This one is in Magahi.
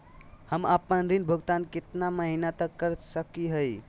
हम आपन ऋण भुगतान कितना महीना तक कर सक ही?